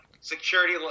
security